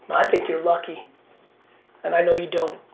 i think you're lucky and i know you don't.